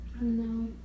no